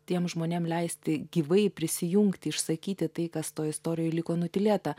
tiem žmonėm leisti gyvai prisijungti išsakyti tai kas toj istorijoj liko nutylėta